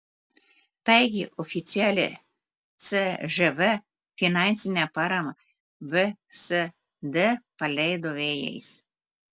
taigi oficialią cžv finansinę paramą vsd paleido vėjais